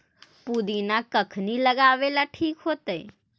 पुदिना कखिनी लगावेला ठिक होतइ?